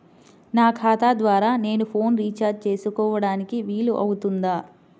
నా ఖాతా ద్వారా నేను ఫోన్ రీఛార్జ్ చేసుకోవడానికి వీలు అవుతుందా?